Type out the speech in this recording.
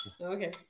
Okay